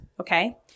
okay